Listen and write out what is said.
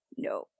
No